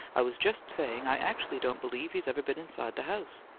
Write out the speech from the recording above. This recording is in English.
i was just saying i actually don't believe he's ever been inside the house.